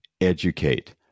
educate